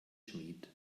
schmied